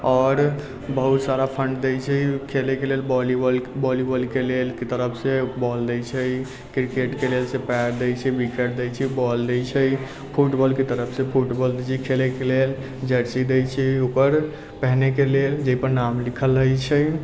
आओर बहुत सारा फण्ड दैत छै खेलयके लेल वॉलीबॉलके लेल तरफसँ बॉल दैत छै क्रिकेटके लेल पैड दैत छै विकेट दैत छै बॉल दैत छै फुटबॉलके तरफसँ फुटबॉल दैत छै खेलयके लेल जर्सी दैत छै ओकर पहनयके लेल जाहिपर नाम लिखल रहैत छै